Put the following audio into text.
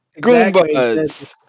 Goombas